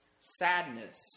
sadness